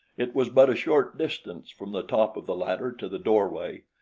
it was but a short distance from the top of the ladder to the doorway,